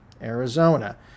Arizona